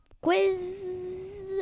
quiz